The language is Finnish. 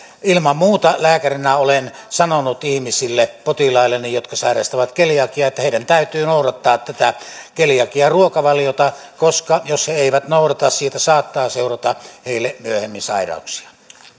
ilman muuta lääkärinä olen sanonut potilailleni jotka sairastavat keliakiaa että heidän täytyy noudattaa tätä keliakiaruokavaliota koska jos he eivät noudata siitä saattaa seurata heille myöhemmin sairauksia